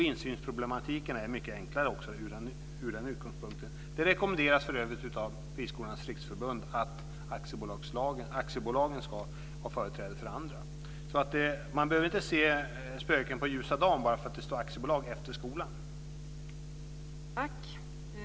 Insynsproblematiken är också mycket enklare. Det rekommenderas för övrigt av Friskolornas Riksförbund att aktiebolagslagen ska ha företräde. Man behöver inte se spöken på ljusa dagen bara för att det står aktiebolag efter namnet på skolan.